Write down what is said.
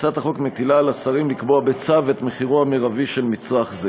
הצעת החוק מטילה על השרים לקבוע בצו את מחירו המרבי של מצרך זה.